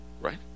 Right